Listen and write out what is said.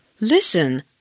Listen